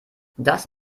das